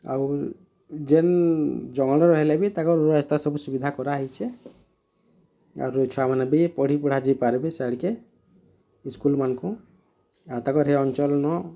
ଆଉ ଯେନ୍ ଜଙ୍ଗଲରେ ରହେଲେ ବି ତାକର୍ ରୋଡ଼୍ ରାସ୍ତା ସବୁ ସୁବିଧା କରାଯାଇଛେ ଆରୁ ଛୁଆମାନେ ବି ପଢ଼ି ପୁଢ଼ା ଯାଇପାରବେ ସିଆଡ଼କେ ସ୍କୁଲ ମାନକୁଁ ଆର୍ ତାକର୍ ହେ ଅଞ୍ଚଲନଁ